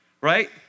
right